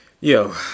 Yo